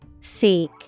Seek